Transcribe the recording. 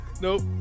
Nope